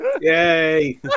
Yay